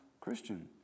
Christian